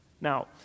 Now